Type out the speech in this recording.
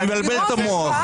אתה מבלבל את המוח.